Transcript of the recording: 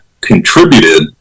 contributed